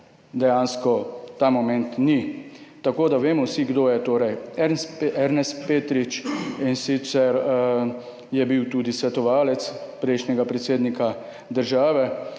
dejansko ta moment ni. Vsi vemo, kdo je Ernest Petrič, bil je tudi svetovalec prejšnjega predsednika države,